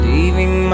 Leaving